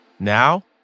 Now